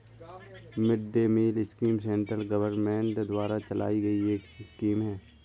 mid day meal scheme central government द्वारा चलाई गई एक स्कीम है